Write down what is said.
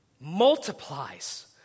multiplies